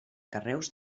carreus